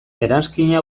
eranskina